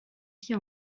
vie